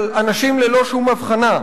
של אנשים ללא שום הבחנה.